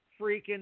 freaking